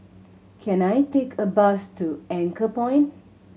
can I take a bus to Anchorpoint